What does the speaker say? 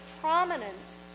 prominent